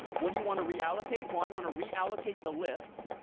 what do you want to reallocate? well, i want to reallocate the list.